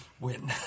Win